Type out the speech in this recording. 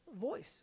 voice